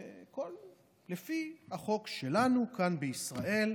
לפי החוק שלנו כאן בישראל,